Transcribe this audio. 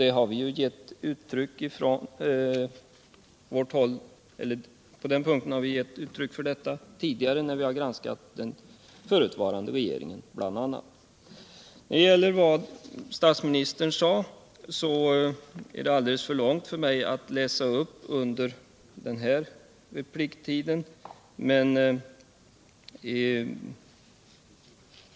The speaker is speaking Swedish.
Det har vi gett uttryck för från vårt håll tidigare, bl.a. när vi granskat den förutvarande regeringen. Att läsa upp vad statsministern sade i intervjun skulle ta alltför lång tid under den här repliken.